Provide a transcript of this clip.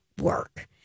work